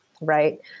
right